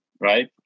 right